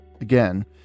again